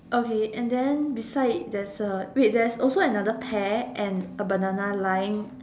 okay and then beside there's a wait there's also another pear and a banana lying